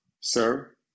sir